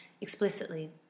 explicitly